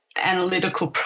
analytical